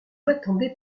m’attendais